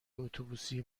اتوبوسی